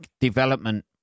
development